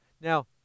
Now